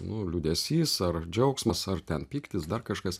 nu liūdesys ar džiaugsmas ar ten pyktis dar kažkas